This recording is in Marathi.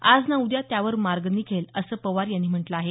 आज न उद्या त्यावर मार्ग निघेल असं पवार यांनी म्हटलं आहे